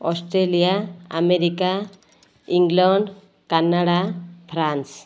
Australia America England Canada France